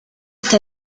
está